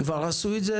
כבר עשו את זה